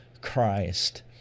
Christ